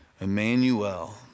Emmanuel